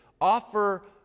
offer